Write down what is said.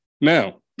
Now